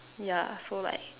yeah so like